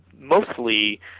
mostly